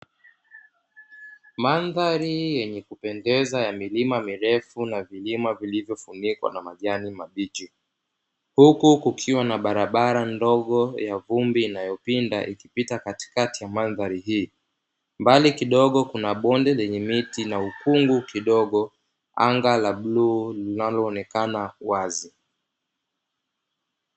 Mandhari yenye kupendeza ya milima mirefu na vilima vilivyofunikwa na majani mabichi, huku kukiwa na barabara ndogo ya vumbi inayopinda ikipita katikati ya mandhari hii, mbali kidogo kuna bonde lenye miti na ukungu kidogo, anga la bluu linaloonekana wazi.